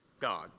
God